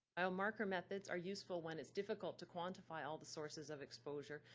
biomarker methods are useful when it's difficult to quantify all the sources of exposure,